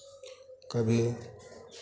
कभी